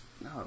No